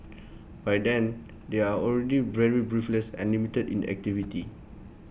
by then they are already very breathless and limited in activity